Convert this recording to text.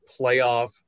playoff